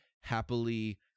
happily